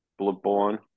Bloodborne